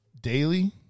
daily